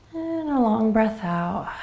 and a long breath out.